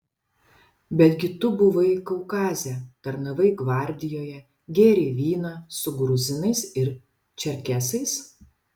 betgi tu buvai kaukaze tarnavai gvardijoje gėrei vyną su gruzinais ir čerkesais